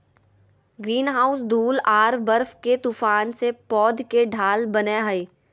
greenhouse धूल आर बर्फ के तूफान से पौध के ढाल बनय हइ